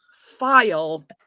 file